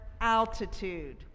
altitude